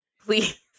Please